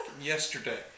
yesterday